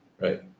Right